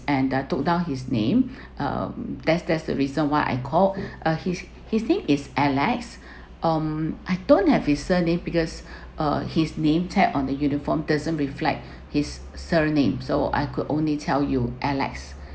and I took down his name uh that's that's the reason why I call uh his his name is alex um I don't have his surname because uh his name tap on the uniform doesn't reflect his surname so I could only tell you alex